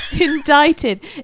Indicted